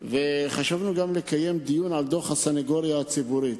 וחשבנו גם לקיים דיון על דוח הסניגוריה הציבורית.